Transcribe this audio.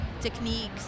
techniques